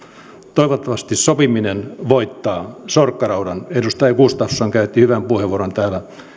toivottavasti sopiminen voittaa sorkkaraudan edustaja gustafsson käytti hyvän puheenvuoron täällä